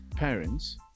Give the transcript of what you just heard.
parents